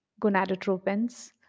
gonadotropins